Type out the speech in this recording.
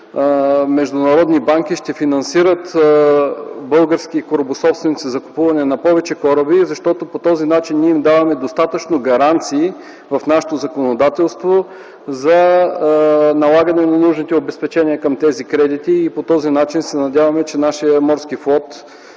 международни банки ще финансират български корабособственици за купуване на повече кораби, защото по този начин им даваме достатъчно гаранции в нашето законодателство за налагане на нужните обезпечения към тези кредити. Надяваме се, че така нашият морски флот